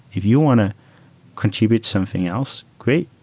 if you want to contribute something else, great.